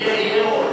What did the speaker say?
יהיה רוב.